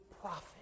prophet